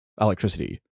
electricity